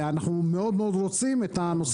וכיושב ראש ועדת הכלכלה כל אחד עושה את העבודה שלו.